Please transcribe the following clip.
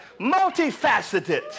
multifaceted